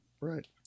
Right